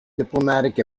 diplomatic